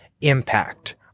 impact